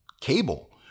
cable